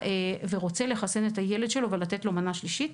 ורוצה לחסן את הילד שלו ולתת לו מנה שלישית,